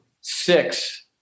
Six